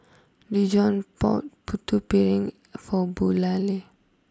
Dijon bought Putu Piring for